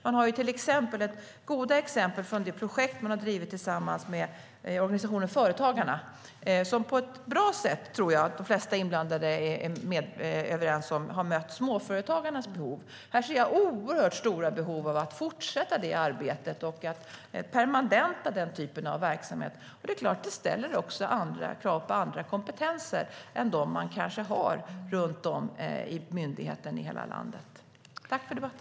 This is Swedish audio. Man har goda exempel från det projekt man har drivit tillsammans med organisationen Företagarna och som på ett bra sätt har mött småföretagarnas behov. Jag ser mycket stora behov av att fortsätta det arbetet och permanenta den typen av verksamhet. Det är klart att det också ställer krav på andra kompetenser än dem man har i myndigheten i dag.